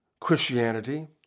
Christianity